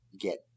get